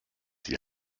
die